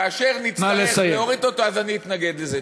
כאשר נצטרך להוריד אותו אז אני אתנגד לזה.